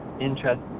interest